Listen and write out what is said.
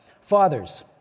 Fathers